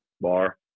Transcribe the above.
bar